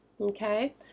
Okay